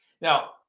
Now